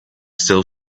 still